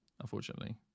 unfortunately